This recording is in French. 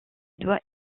doit